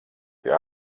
pie